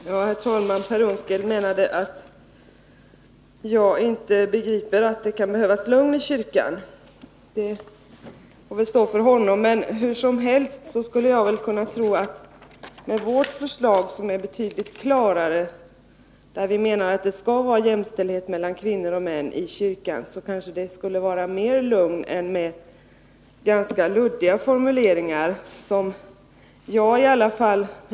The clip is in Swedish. Herr talman! Per Unckel menade att jag inte begriper att det kan behövas lugn i kyrkan. Det får väl stå för hans räkning. Hur som helst tror jag att om vårt förslag, som är betydligt klarare, genomförs — vi menar att det skall råda jämställdhet mellan kvinnor och män i kyrkan — kanske det skulle bli mera lugn än om utskottets förslag vinner, med de ganska luddiga formuleringar som där finns.